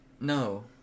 No